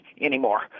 anymore